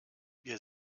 wir